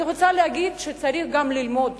אני רוצה להגיד שצריך גם ללמוד